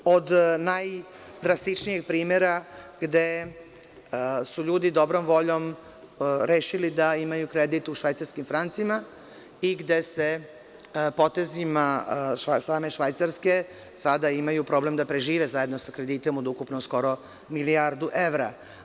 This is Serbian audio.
Od najdrastičnijih primera gde su ljudi dobrom voljom rešili da imaju kredit u švajcarskim francima i gde se potezima od strane Švajcarske, sada imaju problem da prežive zajedno sa kreditom od ukupno skoro milijardu evra.